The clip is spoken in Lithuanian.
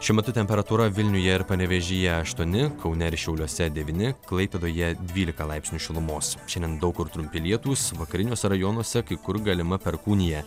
šiuo metu temperatūra vilniuje ir panevėžyje sštuoni kaune ir šiauliuose devyni klaipėdoje dvylika laipsnių šilumos šiandien daug kur trumpi lietūs vakariniuose rajonuose kai kur galima perkūnija